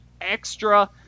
extra